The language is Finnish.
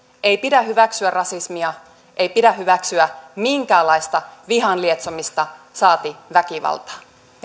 ei pidä hyväksyä rasismia ei pidä hyväksyä minkäänlaista vihan lietsomista saati väkivaltaa